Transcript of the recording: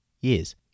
years